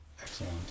Excellent